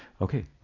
okay